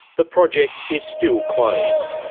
the project is still closed.